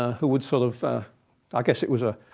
who would sort of i guess it was a